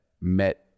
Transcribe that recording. met